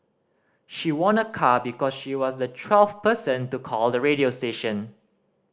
she won a car because she was the twelfth person to call the radio station